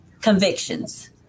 Convictions